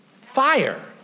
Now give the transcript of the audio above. Fire